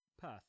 Perth